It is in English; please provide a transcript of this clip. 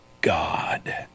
God